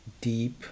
deep